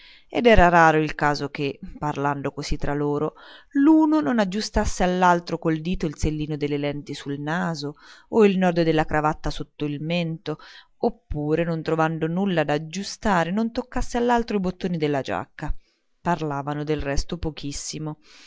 ed era raro il caso che parlando così tra loro l'uno non aggiustasse all'altro col dito il sellino delle lenti sul naso o il nodo della cravatta sotto il mento oppure non trovando nulla da aggiustare non toccasse all'altro i bottoni della giacca parlavano del resto pochissimo